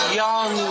young